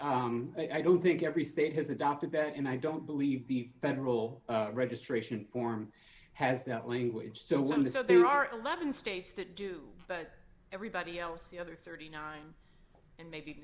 i don't think every state has adopted that and i don't believe the federal registration form has that language so we understand there are eleven states that do but everybody else the other thirty nine and maybe